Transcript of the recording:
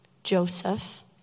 Joseph